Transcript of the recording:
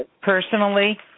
Personally